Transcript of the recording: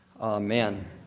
amen